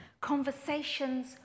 Conversations